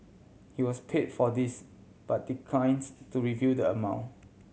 he was paid for this but declines to reveal the amount